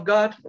God